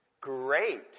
Great